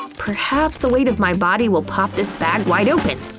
perhaps the weight of my body will pop this bag wide open!